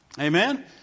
Amen